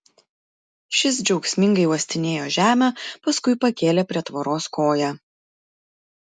šis džiaugsmingai uostinėjo žemę paskui pakėlė prie tvoros koją